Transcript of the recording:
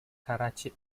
karachi